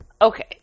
Okay